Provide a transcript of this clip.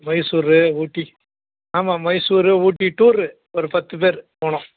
மைசூர் ஊட்டி ஆமாம் மைசூர் ஊட்டி டூரு ஒரு பத்துப் பேர் போகணும்